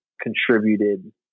contributed